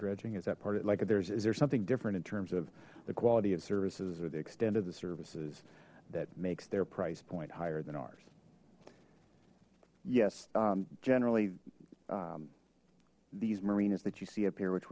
dredging is that part like theirs is there something different in terms of the quality of services or the extent of the services that makes their price point higher than ours yes generally these marinas that you see up here which